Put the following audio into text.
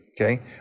okay